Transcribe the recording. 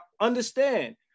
understand